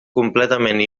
completament